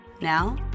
Now